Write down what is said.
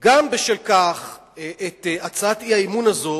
גם בשל כך את הצעת האי-אמון הזאת